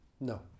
No